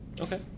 Okay